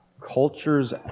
culture's